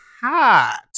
hot